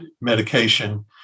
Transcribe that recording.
medication